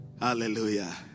Hallelujah